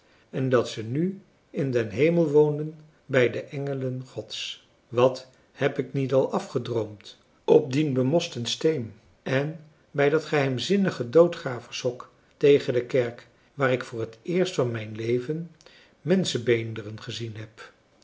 en dat ze nu in den hemel woonden bij de engelen gods wat heb ik niet al afgedroomd op dien bemosten steen en bij dat geheimzinnige doodgravershok tegen de kerk waar ik voor het eerst van mijn leven menschenbeenderen gezien heb